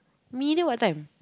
middle what time